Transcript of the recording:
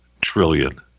trillion